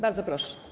Bardzo proszę.